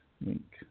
Link